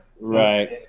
Right